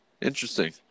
Interesting